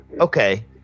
Okay